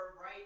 right